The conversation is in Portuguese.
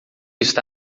está